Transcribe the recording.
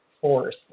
force